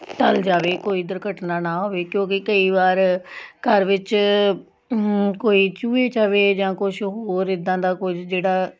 ਟਲ ਜਾਵੇ ਕੋਈ ਦੁਰਘਟਨਾ ਨਾ ਹੋਵੇ ਕਿਉਂਕਿ ਕਈ ਵਾਰ ਘਰ ਵਿੱਚ ਕੋਈ ਚੂਹੇ ਚਾਹੇ ਜਾਂ ਕੁਛ ਹੋਰ ਇੱਦਾਂ ਦਾ ਕੁਝ ਜਿਹੜਾ